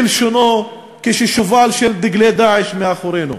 כלשונו, כששובל של דגלי "דאעש" מאחורינו.